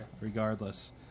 regardless